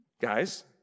guys